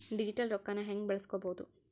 Digital ರೊಕ್ಕನ ಹ್ಯೆಂಗ ಬಳಸ್ಕೊಬೊದು?